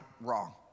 wrong